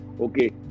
okay